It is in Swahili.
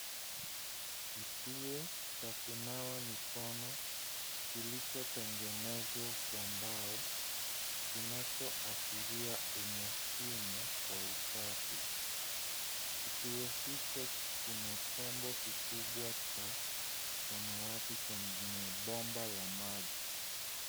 Kituo cha kunawa mikono kilichotengenezwa kwa mbao kinachoashiria umuhimu wa usafi. Kituo hicho kuna chombo kikubwa cha samati chenye bomba la maji.